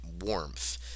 warmth